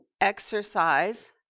exercise